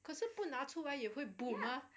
可是不拿出出来也会 boom ah